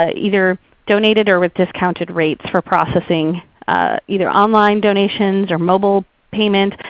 ah either donated or with discounted rates for processing either online donations or mobile payment.